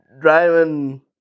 driving